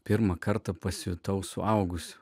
pirmą kartą pasijutau suaugus